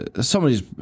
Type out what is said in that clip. somebody's